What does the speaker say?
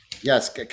Yes